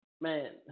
man